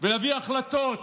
ולהביא החלטות